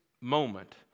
moment